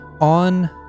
on